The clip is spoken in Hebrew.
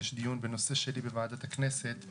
יש דיון בנושא שלי בוועדת הכנסת.